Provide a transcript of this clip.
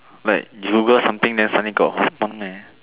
like you Google something then something got fun leh